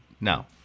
No